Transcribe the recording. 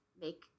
make